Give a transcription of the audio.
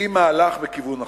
היא מהלך בכיוון נכון,